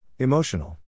Emotional